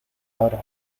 ahora